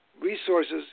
resources